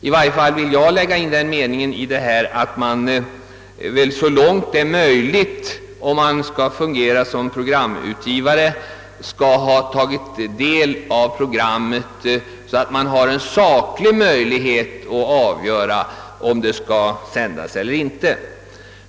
I varje fall vill jag lägga in den meningen i bestämmelserna, att programutgivarna skall ha tagit del av programmen, så att de har en faktisk möjlighet alt avgöra om ett program skall sändas eller inte.